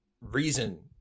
reason